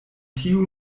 tiu